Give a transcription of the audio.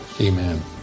amen